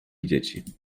dzieci